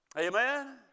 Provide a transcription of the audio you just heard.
Amen